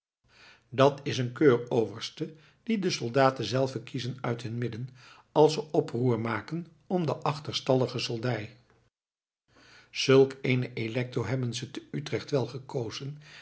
dat is een keur overste dien de soldaten zelven kiezen uit hun midden als ze oproermaken om de achterstallige soldij zulk eenen electo hebben ze te utrecht wel gekozen